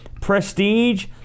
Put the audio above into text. Prestige